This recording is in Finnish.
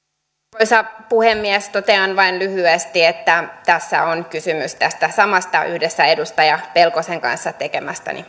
arvoisa puhemies totean vain lyhyesti että tässä on kysymys tästä samasta yhdessä edustaja pelkosen kanssa tekemästäni